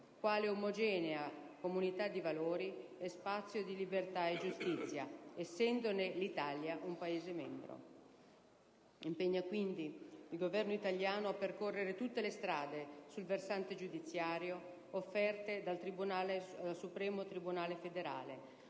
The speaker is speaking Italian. quale omogenea comunità di valori e spazio di libertà e giustizia, essendone l'Italia un Paese membro, impegna il Governo: a percorrere tutte le strade sul versante giudiziario offerte dal Supremo tribunale federale,